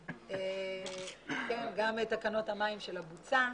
גם תקנות המים של הבוצה,